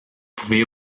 pouvez